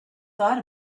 thought